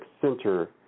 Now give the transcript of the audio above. Center